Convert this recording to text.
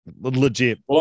Legit